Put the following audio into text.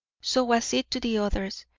so was it to the others,